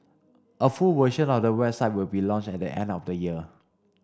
a full version of the website will be launched at the end of the year